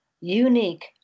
unique